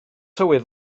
tywydd